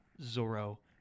Zoro